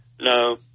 No